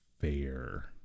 fair